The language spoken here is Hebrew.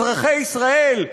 אזרחי ישראל,